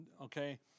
Okay